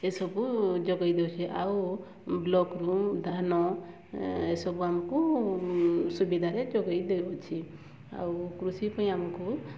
ଏ ସବୁ ଯୋଗାଇ ଦେଉଛି ଆଉ ବ୍ଲକ୍ରୁ ଧାନ ଏ ସବୁ ଆମକୁ ସୁବିଧାରେ ଯୋଗାଇ ଦେଉଛି ଆଉ କୃଷି ପାଇଁ ଆମକୁ